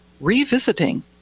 revisiting